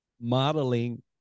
modeling